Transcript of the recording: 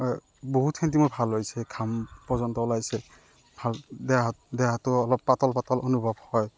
আ বহুতখিনি মোৰ ভাল হৈছে ঘাম পৰ্য্যন্ত ওলাইছে ভাল দেহা দেহাটো অলপ পাতল পাতল অনুভৱ হয়